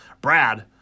Brad